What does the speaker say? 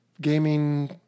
gaming